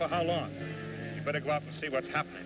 got see what's happening